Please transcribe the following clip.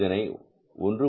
இதனை 1